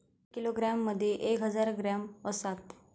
एक किलोग्रॅम मदि एक हजार ग्रॅम असात